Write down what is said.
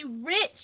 rich